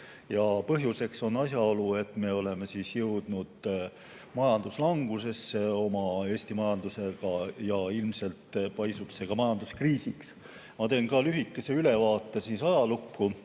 Ja põhjuseks on asjaolu, et me oleme jõudnud majanduslangusesse oma Eesti majandusega ja ilmselt paisub see ka majanduskriisiks. Ma teen ka lühikese tagasivaate